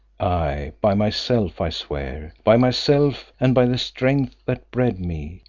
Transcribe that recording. aye, by myself i swear by myself and by the strength that bred me.